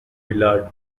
willard